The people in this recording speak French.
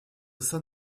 san